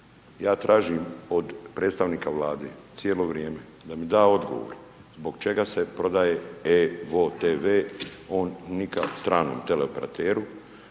ja tražim od predstavnika Vlade cijelo vrijeme da mi da odgovor zbog čega se prodaje evo-tv stranom teleoperateru,